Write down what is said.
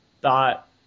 Dot